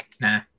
nah